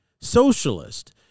socialist